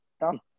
done